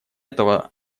этого